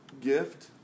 gift